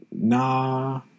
nah